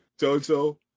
JoJo